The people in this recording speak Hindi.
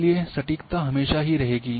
इसलिए सटीकता हमेशा ही रहेगी